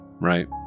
right